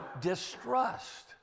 distrust